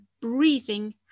breathing